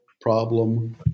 problem